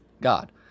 God